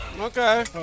Okay